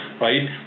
right